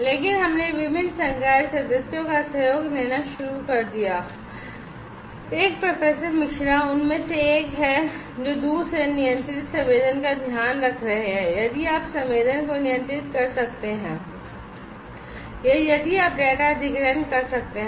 इसलिए हमने विभिन्न संकाय सदस्यों का सहयोग लेना शुरू कर दिया एक प्रोफेसर मिश्रा उनमें से एक हैं जो दूर से नियंत्रित संवेदन का ध्यान रख रहे हैं यदि आप संवेदन को नियंत्रित कर सकते हैं या यदि आप डेटा अधिग्रहण कर सकते हैं